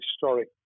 historic